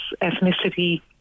ethnicity